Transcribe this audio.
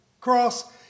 cross